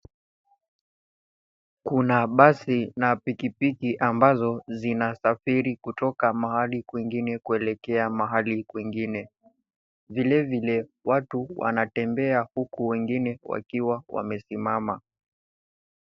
Kuna basi na pikipiki ambazo zinasafiri kutoka mahali kwingine kuelekea mahali kwingine. vilevile watu wanatembea huku wengine wakiwa wamesimama.